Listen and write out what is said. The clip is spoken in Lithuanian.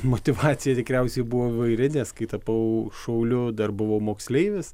motyvacija tikriausiai buvo įvairi nes kai tapau šauliu dar buvau moksleivis